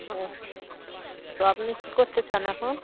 ও তো আপনি কী করতে চান এখন